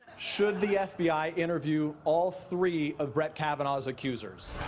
should the fbi interview all three of brett kavanaugh's accusers?